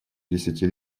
десяти